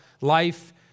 life